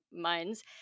minds